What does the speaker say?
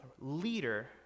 leader